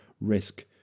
risk